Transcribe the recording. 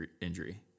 injury